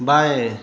बाएँ